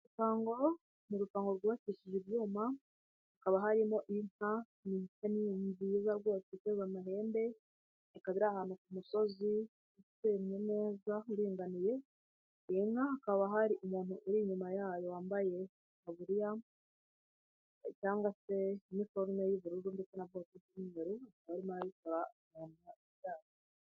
Urupango, ni urupango rwubakishije ibyuma, haba harimo inka nziza rwose ifite amahembe, ikaba iri ahantu ku musozi usennye neza uringaniye, iyi nka ikaba iri ahantu hari umuntu uri inyuma yayo wambaye itaburiya cyangwa se iniforume y'ubururu ndetse na kositime y'ubururu, arimo arayikora mu nda ibyara.